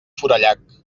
forallac